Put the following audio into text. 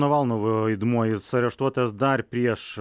navalno vaidmuo jis areštuotas dar prieš